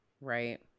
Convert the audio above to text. right